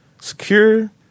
secure